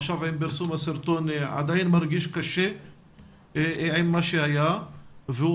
עכשיו עם פרסום הסרטון עדיין מרגיש קשה עם מה שהיה והוא